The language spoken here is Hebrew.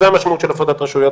זו המשמעות של הפרדת רשויות,